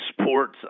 sports